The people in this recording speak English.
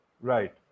Right